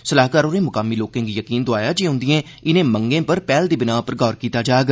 सलाह्कार होरें मुकामी लोकें गी यकीन दोआया जे उंदी इनें मंगें पर पैहल दी बिनाह पर गौर कीता जाग